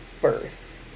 birth